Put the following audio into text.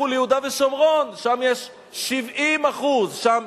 לכו ליהודה ושומרון, שם יש 70%, שם